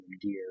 gear